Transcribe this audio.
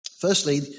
Firstly